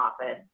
office